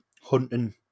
hunting